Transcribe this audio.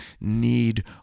need